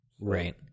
right